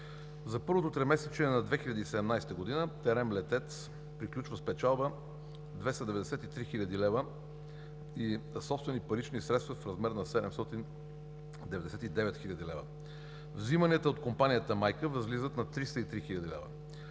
за първото тримесечие на 2017 г. „ТЕРЕМ – Летец“ приключва с печалба 293 хил. лв. и собствени парични средства в размер на 799 хил. лв. Взиманията от компанията майка възлизат на 303 хил. лв.